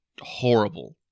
horrible